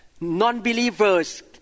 Non-believers